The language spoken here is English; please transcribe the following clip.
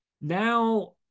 now